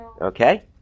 Okay